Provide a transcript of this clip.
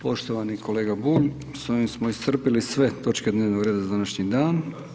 Poštovani kolega Bulj, s ovim smo iscrpili sve točke dnevnog reda za današnji dan.